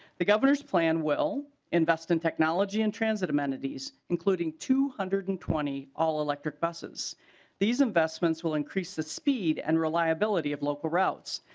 the governor's plan will invest in technology and transit amenities including two hundred and twenty all electric buses these investments will increase the speed and reliability of local routes.